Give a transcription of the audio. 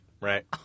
Right